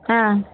ஆ